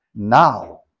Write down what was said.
Now